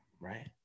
right